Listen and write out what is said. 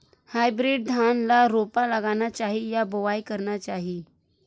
Hybrid धान ल रोपा लगाना चाही या बोआई करना चाही?